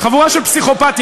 חבורה של פסיכופתים,